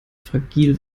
fragil